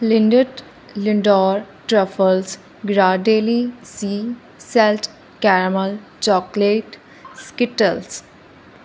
Lindt Lindor truffles Ghirardelli sea salt caramel chocolate Skittles